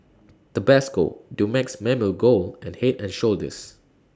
Tabasco Dumex Mamil Gold and Head and Shoulders